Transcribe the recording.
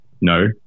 no